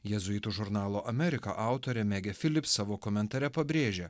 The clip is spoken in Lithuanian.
jėzuitų žurnalo amerika autorė megė philips savo komentare pabrėžia